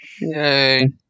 Yay